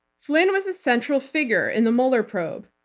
flynn was a central figure in the mueller probe.